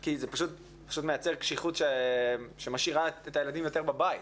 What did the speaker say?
כי זה פשוט מייצר קשיחות שמשאירה את הילדים יותר בבית.